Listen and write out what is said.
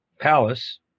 palace